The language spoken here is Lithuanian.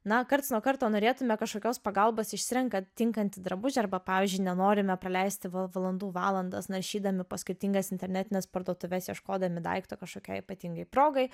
na karts nuo karto norėtumėme kažkokios pagalbos išsirenkant tinkantį drabužį arba pavyzdžiui nenorime praleisti valandų valandas naršydami po skirtingas internetines parduotuves ieškodami daikto kažkokiai ypatingai progai